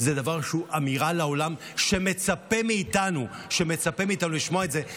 זו אמירה לעולם, שמצפה מאיתנו לשמוע את זה.